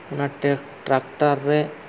ᱚᱱᱟ ᱴᱨᱟᱠᱴᱚᱨ ᱨᱮ